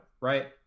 right